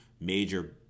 major